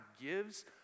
gives